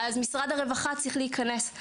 אז משרד הרווחה צריך להיכנס.